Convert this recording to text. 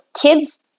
kids